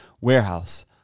warehouse